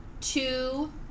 two